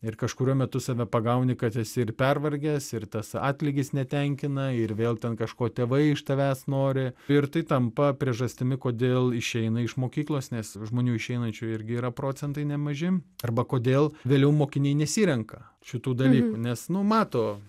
ir kažkuriuo metu save pagauni kad esi ir pervargęs ir tas atlygis netenkina ir vėl ten kažko tėvai iš tavęs nori ir tai tampa priežastimi kodėl išeina iš mokyklos nes žmonių išeinančių irgi yra procentai nemaži arba kodėl vėliau mokiniai nesirenka šitų dalykų nes nu mato